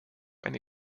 eine